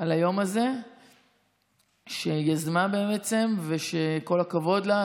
על היום הזה שהיא יזמה, בעצם, וכל הכבוד לה.